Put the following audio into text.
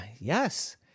yes